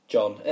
John